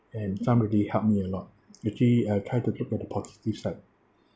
and some really help me a lot actually uh try to think on the positive start